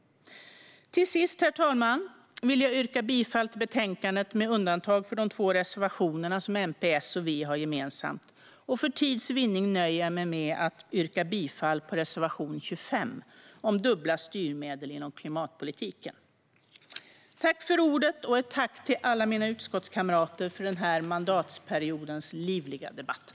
Till sist, herr talman, vill jag yrka bifall till betänkandet med undantag för de två reservationer som MP, S och V har gemensamt. För tids vinnande nöjer jag mig med att yrka bifall endast till reservation 25 om dubbla styrmedel inom klimatpolitiken. Tack till alla mina utskottskamrater för den här mandatperiodens livliga debatter.